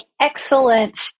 excellent